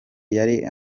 yari